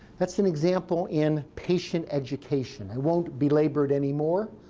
that's an example in patient education. i won't belabor it anymore.